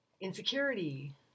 insecurity